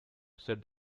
said